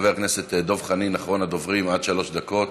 חבר הכנסת דב חנין, אחרון הדוברים, עד שלוש דקות,